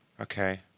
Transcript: Okay